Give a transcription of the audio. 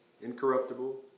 incorruptible